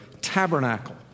tabernacle